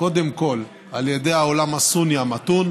קודם כול על ידי העולם הסוני המתון,